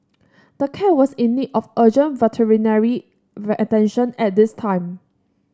the cat was in need of urgent veterinary attention at this time